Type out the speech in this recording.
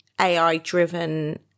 AI-driven